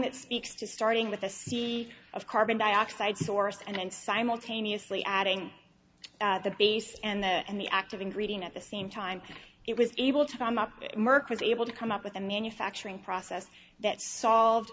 that speaks to starting with a sea of carbon dioxide source and simultaneously adding the base and the and the active ingredient at the same time it was able to come up with merck was able to come up with a manufacturing process that solve